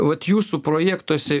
vat jūsų projektuose